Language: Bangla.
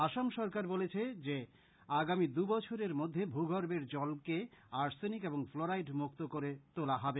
আসাম সরকার বলেছে যে আগামী দু বছরের মধ্যে ভূ গর্ভের জলকে আর্সেনিক এবং ফ্লরাইড মুক্ত করে তোলা হবে